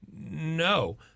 no